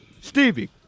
Stevie